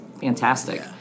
fantastic